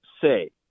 say